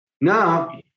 Now